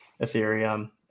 ethereum